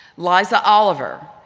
liza oliver,